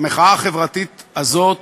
המחאה החברתית הזאת